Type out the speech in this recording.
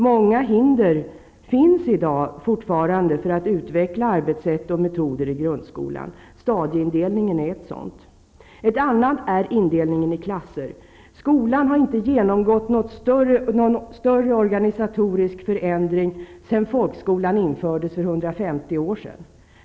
Många hinder finns i dag fortfarande för att utveckla arbetssätt och metoder i grundskolan. Stadieindelningen är ett sådant. Ett annat är indelningen i klasser. Skolan har inte genomgått någon större organisatorisk förändring sedan folkskolan infördes för 150 år sedan.